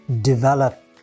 develop